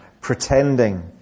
pretending